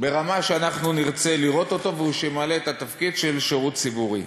ברמה שאנחנו נרצה לראות ושימלא את התפקיד של שידור ציבורי.